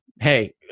Hey